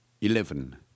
Eleven